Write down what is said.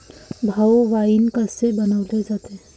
भाऊ, वाइन कसे बनवले जाते?